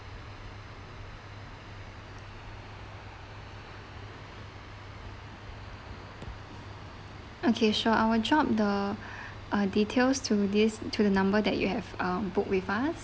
okay sure I'll drop the uh details to this two number that you have um book with us